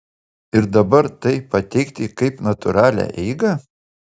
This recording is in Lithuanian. ir dabar tai pateikti kaip natūralią eigą